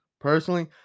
Personally